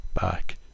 back